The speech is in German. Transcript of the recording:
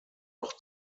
noch